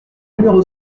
numéro